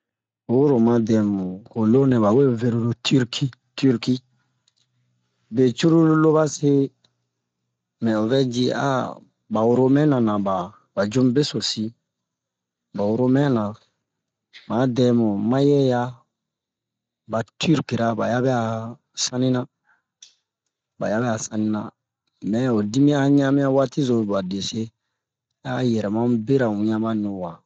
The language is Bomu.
Oyi ro oma dɛmu ho lonɛ ba we ve ro tirki tirki be cruru lo ba se mɛ ovɛ ji a ba romɛna na ba ju mu besosi ba romɛna ma dɛmu mayɛ ya ba tirkera ba ya bɛ'a sanina ba ya bɛ'a sanina mɛ ho dimiyan a ɲa'amia waati zo babe se a'a yɛrɛma mu bera wian ba nu wa